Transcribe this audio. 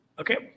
Okay